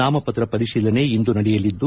ನಾಮಪತ್ರ ಪರಿಶೀಲನೆ ಇಂದು ನಡೆಯಲಿದ್ದು